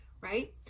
right